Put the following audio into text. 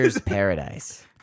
paradise